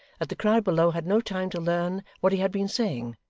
that the crowd below had no time to learn what he had been saying,